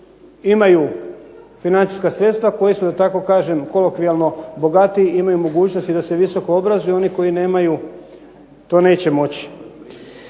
imaju financijska sredstva koja su da tako kažem kolokvijalno bogatiji imaju mogućnosti da se visoko obrazuju, oni koji nemaju to neće moći.